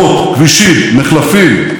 כלכלת ישראל פורחת.